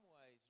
ways